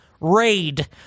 raid